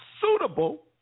suitable